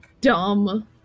dumb